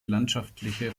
landschaftliche